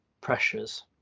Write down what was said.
pressures